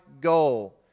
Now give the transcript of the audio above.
goal